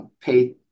pay